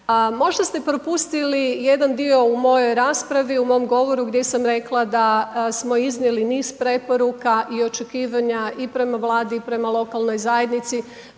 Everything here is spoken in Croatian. Možda ste propustili jedan dio u mojoj raspravi, u mom govoru gdje sam rekla da smo iznijeli niz preporuka i očekivanja i prema Vladi i prema lokalnoj zajednici